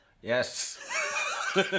yes